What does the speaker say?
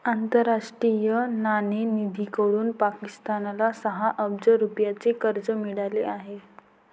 आंतरराष्ट्रीय नाणेनिधीकडून पाकिस्तानला सहा अब्ज रुपयांचे कर्ज मिळाले आहे